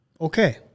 okay